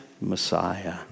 Messiah